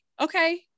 Okay